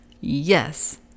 yes